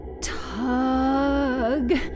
tug